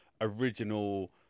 original